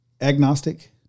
agnostic